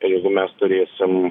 ir jeigu mes turėsim